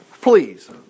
Please